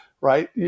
right